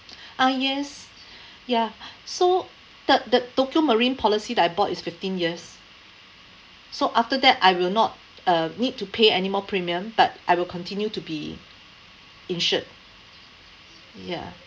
ah yes ya so the the tokio marine policy that I bought is fifteen years so after that I will not uh need to pay any more premium but I will continue to be insured ya